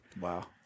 Wow